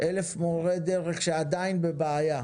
מורי דרך שעדיין נמצאים בבעיה,